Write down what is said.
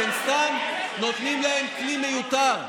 אתם סתם נותנים להם כלי מיותר.